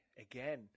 again